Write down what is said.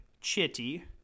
Chitty